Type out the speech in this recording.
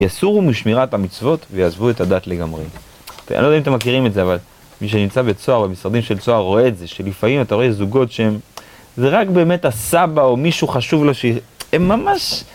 יסורו משמירת המצוות ויעזבו את הדת לגמרי. אני לא יודע אם אתם מכירים את זה, אבל מי שנמצא בצוהר במשרדים של צוהר רואה את זה שלפעמים אתה רואה זוגות שהם.. זה רק באמת הסבא או מישהו חשוב לו ש.. הם ממש